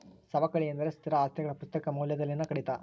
ಸವಕಳಿ ಎಂದರೆ ಸ್ಥಿರ ಆಸ್ತಿಗಳ ಪುಸ್ತಕ ಮೌಲ್ಯದಲ್ಲಿನ ಕಡಿತ